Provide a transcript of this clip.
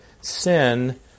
sin